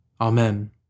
Amen